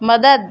مدد